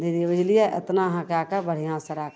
दीदी बुझलिए एतना अहाँ कै के बढ़िआँसे राखू